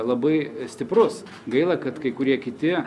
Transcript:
labai stiprus gaila kad kai kurie kiti